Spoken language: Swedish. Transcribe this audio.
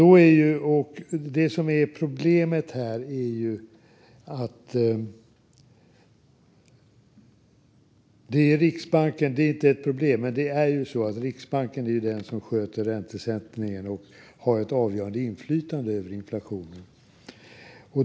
Problemet här - eller det kanske inte är ett problem - är att det är Riksbanken som sköter räntesättningen och har ett avgörande inflytande över inflationen.